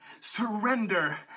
surrender